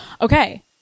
Okay